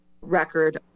record